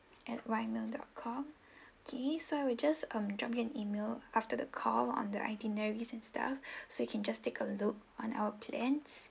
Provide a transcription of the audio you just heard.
at Y mail dot come K so I will just um drop you an email after the call on the itineraries and stuff so you can just take a look on our plans